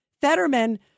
Fetterman